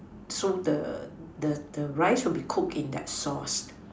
so the the the rice will be cook in the sauced